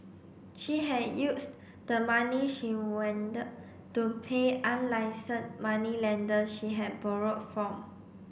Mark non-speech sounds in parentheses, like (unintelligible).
she had used the money she (unintelligible) to pay unlicensed moneylenders she had borrowed from